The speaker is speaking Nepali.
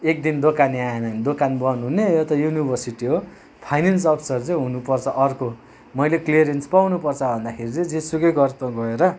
एकदिन दोकाने आएन भने दोकान बन्द हुने यो त युनिभर्सिटी हो फाइनेन्स अफिसर चाहिँ हुनुपर्छ अर्को मैले क्लियरेन्स पाउनुपर्छ भन्दाखेरि चाहिँ जे सुकै गर त भनेर